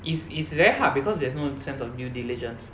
is is very hard because there's no sense of due diligence